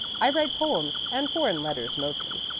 i write poems and foreign letters mostly.